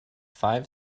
five